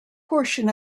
portion